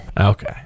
Okay